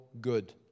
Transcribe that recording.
good